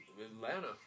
Atlanta